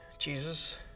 Jesus